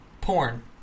Porn